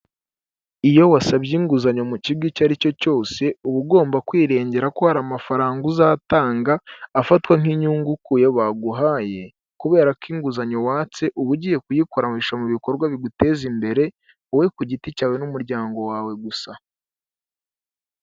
Iyo wasabye inguzanyo mu kigo icyo ari cyo cyose uba ugomba kwirengera ko hari amafaranga uzatanga afatwa nk'inyungu kuyo baguhaye, kubera ko inguzanyo watse uba ugiye kuyikoresha mu bikorwa biguteza imbere wowe ku giti cyawe n'umuryango wawe gusa.